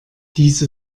diese